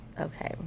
okay